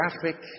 traffic